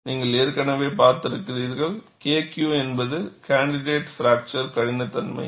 நீங்கள் ஏற்கனவே பார்த்திருக்கிறீர்கள் KQ என்பது கேண்டிடேட் பிராக்சர் கடினத்தன்மை